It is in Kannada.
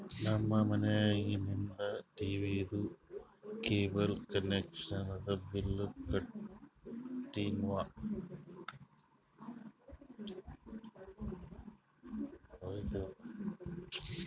ನಮ್ ಮನ್ಯಾಗಿಂದ್ ಟೀವೀದು ಕೇಬಲ್ ಕನೆಕ್ಷನ್ದು ಬಿಲ್ ಕಟ್ಟಿನ್